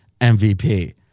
MVP